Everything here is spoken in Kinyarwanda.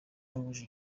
bahuje